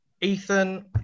Ethan